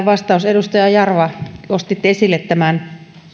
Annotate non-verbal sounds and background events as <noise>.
<unintelligible> vastaus edustaja jarvalle nostitte esille tämän